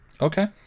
Okay